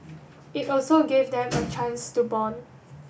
it also gave them a chance to bond